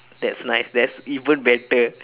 that's nice that's even better